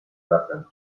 zakręt